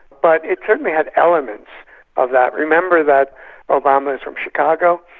but it certainly has elements of that. remember that obama is from chicago,